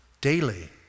daily